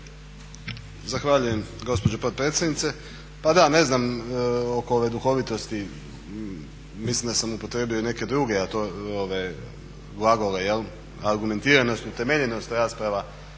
Zahvaljujem gospođo potpredsjednice. Pa da, ne znam oko ove duhovitosti, mislim da sam upotrijebio i neke druge glagole, argumentiranost, utemeljenost rasprava